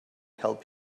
help